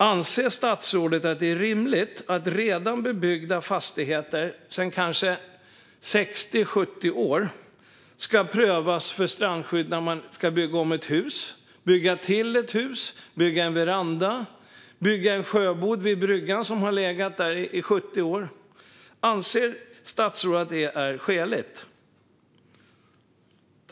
Anser statsrådet att det är rimligt att fastigheter som redan är bebyggda sedan kanske 60-70 år ska prövas för strandskydd när man ska bygga om ett hus, bygga till ett hus, bygga en veranda eller bygga en sjöbod vid en brygga som har legat där i 70 år? Anser statsrådet att detta är skäligt?